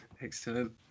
excellent